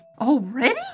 Already